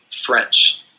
French